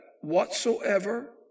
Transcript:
whatsoever